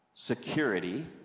security